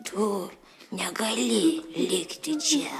tu negali likti čia